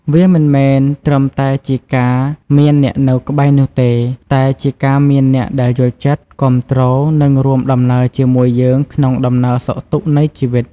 វាមិនមែនត្រឹមតែជាការមានអ្នកនៅក្បែរនោះទេ តែជាការមានអ្នកដែលយល់ចិត្ត គាំទ្រ និងរួមដំណើរជាមួយយើងក្នុងដំណើរសុខទុក្ខនៃជីវិត។